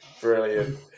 Brilliant